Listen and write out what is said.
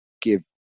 give